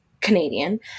Canadian